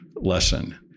Lesson